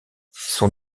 son